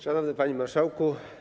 Szanowny Panie Marszałku!